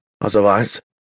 Otherwise